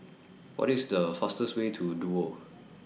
What IS The fastest Way to Duo